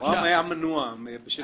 היה מנוע בשל ניגוד עניינים.